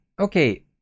okay